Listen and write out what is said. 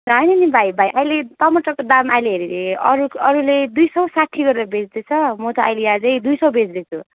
ला होइन नि भाइ भाइ अहिले टमाटरको दाम अहिले अरू अरूले दुई सौ साठी गरेर बेच्दैछ म त अहिले अझै दुई सौ बेच्दैछु